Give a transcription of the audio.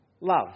love